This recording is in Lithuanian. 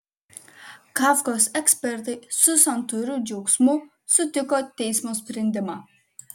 kafkos ekspertai su santūriu džiaugsmu sutiko teismo sprendimą